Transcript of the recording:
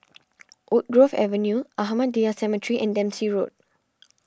Woodgrove Avenue Ahmadiyya Cemetery and Dempsey Road